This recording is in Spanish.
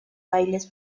bailes